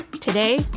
Today